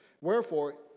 Wherefore